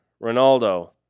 Ronaldo